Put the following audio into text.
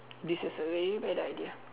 this is a very bad idea